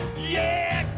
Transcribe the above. yeah,